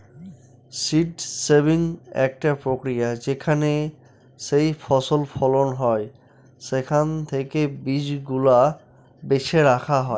seed saving একটা প্রক্রিয়া যেখানে যেইফসল ফলন হয় সেখান থেকে বীজ গুলা বেছে রাখা হয়